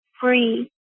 free